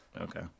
okay